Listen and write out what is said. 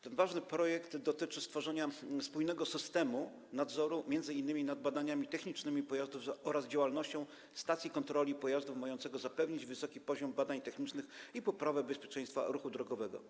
Ten ważny projekt dotyczy stworzenia spójnego systemu nadzoru m.in. nad badaniami technicznymi pojazdów oraz działalnością stacji kontroli pojazdów mającego zapewnić wysoki poziom badań technicznych i poprawę bezpieczeństwa ruchu drogowego.